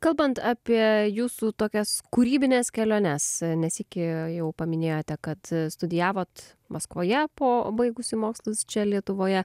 kalbant apie jūsų tokias kūrybines keliones ne sykį jau paminėjote kad studijavot maskvoje po baigusi mokslus čia lietuvoje